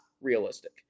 realistic